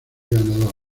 ganador